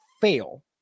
fail